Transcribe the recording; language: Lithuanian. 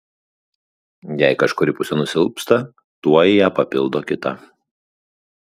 jei kažkuri pusė nusilpsta tuoj ją papildo kita